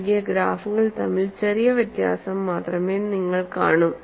നൽകിയ ഗ്രാഫുകൾ തമ്മിൽ ചെറിയ വ്യത്യാസം മാത്രമേ നിങ്ങൾ കാണൂ